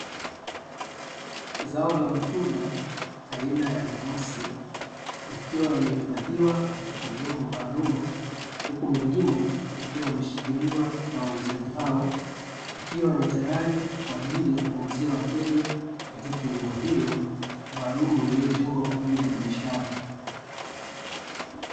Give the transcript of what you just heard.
Zao la matunda aina ya nanasi ikiwa yamehifadhiwa katika vyombo maalum huku mengine yakiwa yameshikiliwa na wauzaji hao ikiwa ni tayari kwa ajili ya kuwauzia wateja katika eneo hilo maalum lililotengwa kwa ajili ya biashara.